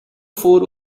four